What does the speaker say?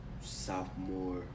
sophomore